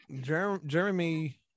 Jeremy